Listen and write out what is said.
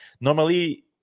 normally